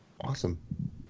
Awesome